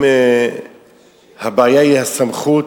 אם הבעיה היא הסמכות,